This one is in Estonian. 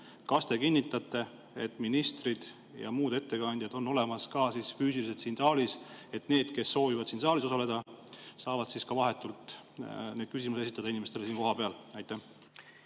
Kas te kinnitate, et ministrid ja muud ettekandjad on olemas ka füüsiliselt siin saalis, et need, kes soovivad siin saalis osaleda, saavad ka vahetult neid küsimusi esitada inimestele siin kohapeal? Aitäh,